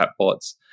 chatbots